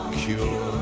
cure